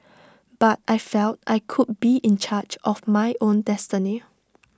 but I felt I could be in charge of my own destiny